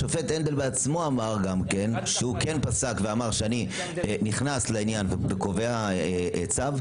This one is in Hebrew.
השופט הנדל בעצמו אמר שהוא נכנס לעניין וקובע צו.